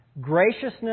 Graciousness